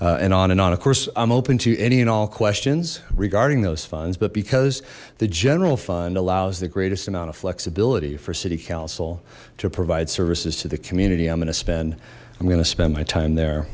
utility and on and on of course i'm open to any and all questions regarding those funds but because the general fund allows the greatest amount of flexibility for city council to provide services to the community i'm going to spend i'm gonna spend my time there